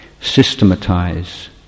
systematize